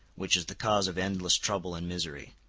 which is the cause of endless trouble and misery.